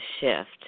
shift